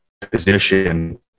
position